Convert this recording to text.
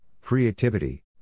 creativity